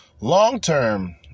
Long-term